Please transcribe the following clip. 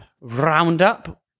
roundup